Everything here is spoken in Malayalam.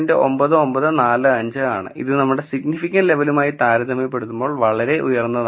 9945 ആണ് ഇത് നമ്മുടെ സിഗ്നിഫിക്കന്റ് ലെവലുമായി താരതമ്യപ്പെടുത്തുമ്പോൾ വളരെ ഉയർന്നതാണ്